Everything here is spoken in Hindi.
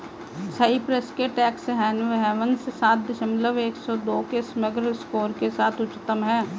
साइप्रस के टैक्स हेवन्स सात दशमलव एक दो के समग्र स्कोर के साथ उच्चतम हैं